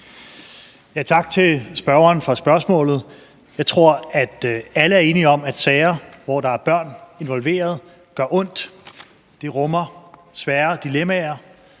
Tak til spørgeren for spørgsmålet. Jeg tror, at alle er enige om, at sager, hvor der er børn involveret, gør ondt. De rummer svære dilemmaer.